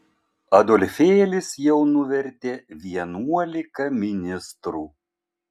adolfėlis jau nuvertė vienuolika ministrų